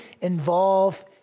involve